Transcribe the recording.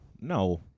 No